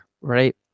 right